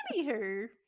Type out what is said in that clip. Anywho